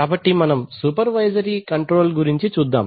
కాబట్టి ఇప్పుడు మనం సూపర్వైజరీ కంట్రోల్ గురించి చూద్దాం